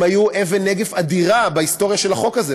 הם היו אבן נגף אדירה בהיסטוריה של החוק הזה,